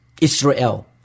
Israel